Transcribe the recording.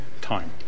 time